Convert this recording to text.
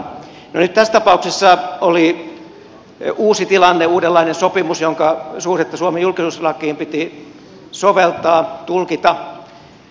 nyt tässä tapauksessa oli uusi tilanne uudenlainen sopimus jonka suhdetta suomen julkisuuslakiin piti soveltaa tulkita